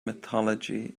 mythology